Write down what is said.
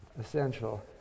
essential